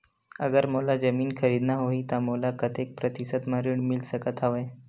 अगर मोला जमीन खरीदना होही त मोला कतेक प्रतिशत म ऋण मिल सकत हवय?